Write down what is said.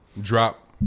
Drop